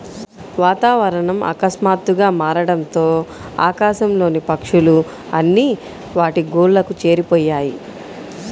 వాతావరణం ఆకస్మాతుగ్గా మారడంతో ఆకాశం లోని పక్షులు అన్ని వాటి గూళ్లకు చేరిపొయ్యాయి